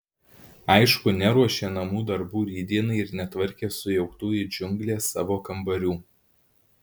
aišku neruošė namų darbų rytdienai ir netvarkė sujauktų it džiunglės savo kambarių